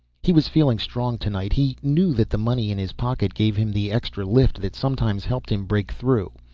he was feeling strong tonight, he knew that the money in his pocket gave him the extra lift that sometimes helped him break through.